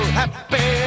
happy